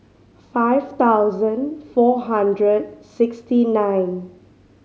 five thousand four hundred sixty nine